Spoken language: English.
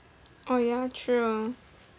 oh ya true